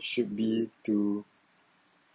should be to